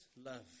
love